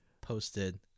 posted